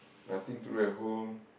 nothing to do at home